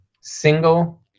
single